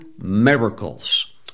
miracles